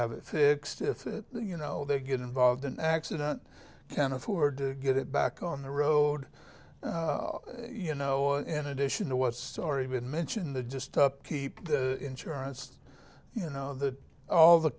have it fixed if it you know they get involved in an accident can't afford to get it back on the road you know in addition to what's already been mentioned the just upkeep insurance you know the all the